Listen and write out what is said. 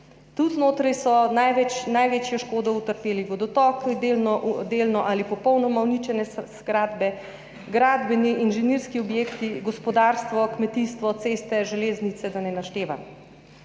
Tu znotraj so največjo škodo utrpeli vodotoki, delno ali popolnoma uničene zgradbe, gradbeni, inženirski objekti, gospodarstvo, kmetijstvo, ceste, železnice, da ne naštevam.